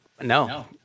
No